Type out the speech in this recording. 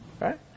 right